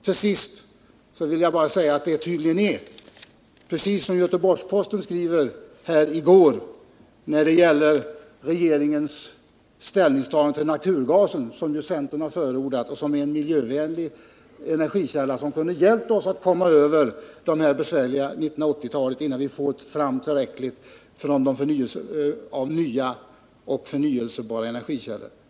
Till sist vill jag bara säga att det tydligen är precis så som Göteborgs-Posten skrev i går med anledning av regeringens ställningstagande till naturgasen, som ju centern har förordat som en miljövänlig energikälla som kunde hjälpa oss att komma över det besvärliga 1980-talet innan vi får fram tillräckligt givande nya och förnyelsebara energikällor.